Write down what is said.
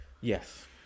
Yes